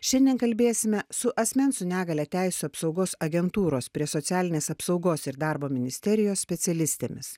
šiandien kalbėsime su asmens su negalia teisių apsaugos agentūros prie socialinės apsaugos ir darbo ministerijos specialistėmis